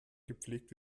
gepflegt